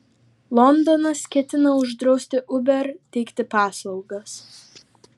londonas ketina uždrausti uber teikti paslaugas